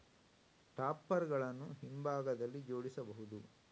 topper ಗಳನ್ನು ಹಿಂಭಾಗದಲ್ಲಿ ಜೋಡಿಸಬಹುದು